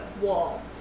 wall